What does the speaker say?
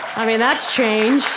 i mean, that's changed